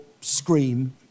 scream